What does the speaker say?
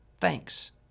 thanks